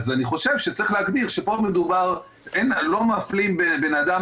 אני חושב שצריך להגדיר שלא מפלים בין אדם